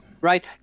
Right